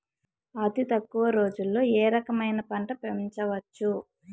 అతి తక్కువ రోజుల్లో ఏ రకమైన పంట పెంచవచ్చు?